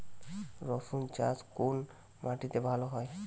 রুসুন চাষ কোন মাটিতে ভালো হয়?